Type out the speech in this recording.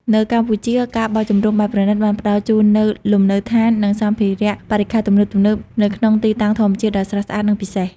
នៅកម្ពុជា ការបោះជំរំបែបប្រណីត បានផ្តល់ជូននូវលំនៅដ្ឋាន និងសម្ភារៈបរិក្ខារទំនើបៗ នៅក្នុងទីតាំងធម្មជាតិដ៏ស្រស់ស្អាត និងពិសេស។